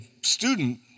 student